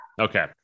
okay